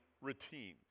routines